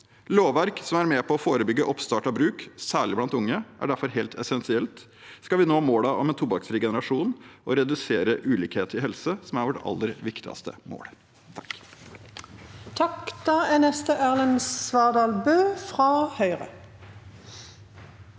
Lovverk som er med på å forebygge oppstart av bruk, særlig blant unge, er derfor helt essensielt om vi skal nå målene om en tobakksfri generasjon og redusere ulikhet i helse, som er vårt aller viktigste mål. Erlend Svardal Bøe